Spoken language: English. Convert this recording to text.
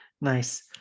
nice